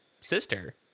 sister